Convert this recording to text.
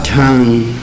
tongue